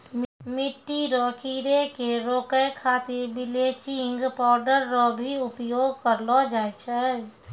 मिट्टी रो कीड़े के रोकै खातीर बिलेचिंग पाउडर रो भी उपयोग करलो जाय छै